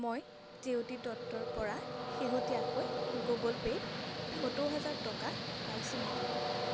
মই জেউতি দত্তৰপৰা শেহতীয়াকৈ গুগল পে'ত সত্তৰ হাজাৰ টকা পাইছোঁ নেকি